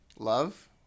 Love